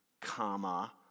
comma